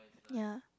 ya